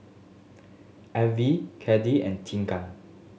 Ervin Cade and Tegan